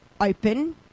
open